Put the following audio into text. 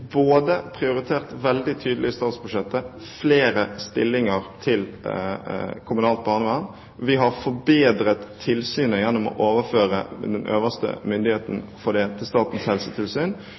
både prioritert veldig tydelig i statsbudsjettet flere stillinger til kommunalt barnevern og forbedret tilsynet gjennom å overføre den øverste myndigheten for dette til Statens helsetilsyn,